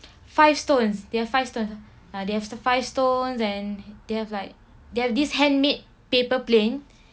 five stones they have five stone ah they have five stones and they have like they have this handmade paper plane